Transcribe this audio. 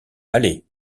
allez